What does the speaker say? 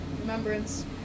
Remembrance